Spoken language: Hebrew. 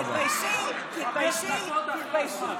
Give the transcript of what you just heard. תתביישי, תתביישי, תתביישי.